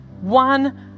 one